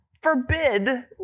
forbid